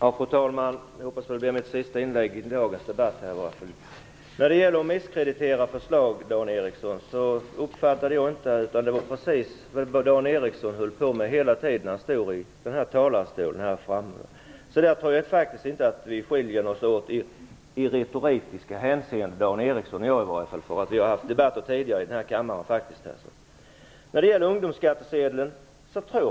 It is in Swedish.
Fru talman! Jag hoppas att detta blir mitt sista inlägg i dagens debatt. Jag uppfattade det så att Dan Ericsson hela tiden höll på att misskreditera förslag i talarstolen. Jag tror inte att vi skiljer oss åt i retoriska hänseenden. Vi har haft debatter tidigare i denna kammare. Jag tror inte på idén om en ungdomsskattesedel.